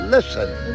Listen